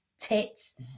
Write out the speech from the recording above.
tits